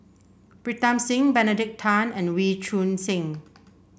Pritam Singh Benedict Tan and Wee Choon Seng